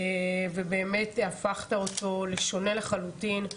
ובאמת הפכת אותו לשונה לחלוטין.